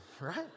Right